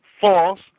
false